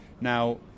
Now